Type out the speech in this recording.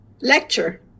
lecture